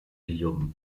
guillaume